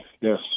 Yes